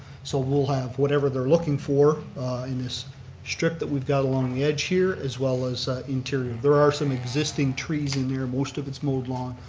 so we'll have whatever they're looking for in this strip that we've got along the edge here as well as interior. there are some existing trees in there, most of it's mowed lawn,